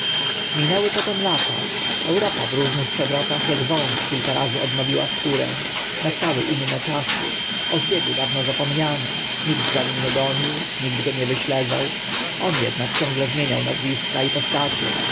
minęły potem lata europa w różnych przewrotach ak wąż kilka razy odnowiła skórę nastały inne czasy o zbiegu dawno zapomniano nikt za nim nie gonił nikt go nie wyśledzał on ednak ciągle zmieniał nazwiska i postacie